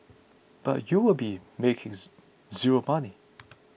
but you'll be makings zero money